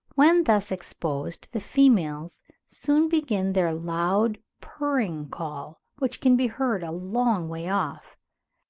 when thus exposed the females soon begin their loud purring call, which can be heard a long way off,